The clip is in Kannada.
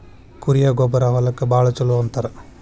ಕುರಿಯ ಗೊಬ್ಬರಾ ಹೊಲಕ್ಕ ಭಾಳ ಚುಲೊ ಅಂತಾರ